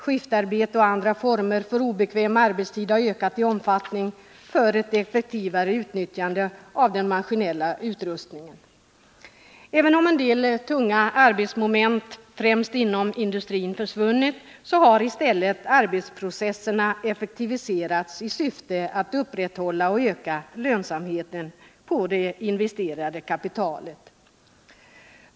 Skiftarbete och andra former för obekväm arbetstid har ökat i omfattning för ett effektivare utnyttjande av den maskinella utrustningen. Även om en del tunga arbetsmoment främst inom industrin försvunnit, så har i stället arbetsprocesserna effektiviserats i syfte att upprätthålla och öka lönsamheten på det investerade kapitalet.